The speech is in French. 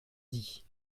dit